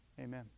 Amen